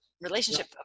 Relationship